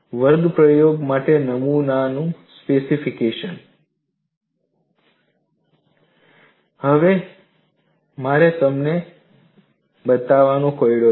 વર્ગ પ્રયોગ માટે નમૂનાનું સ્પેસિફિકેશન હવે મારે તમને બતાવવા કોયડો છે